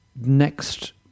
next